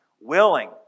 willing